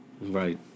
Right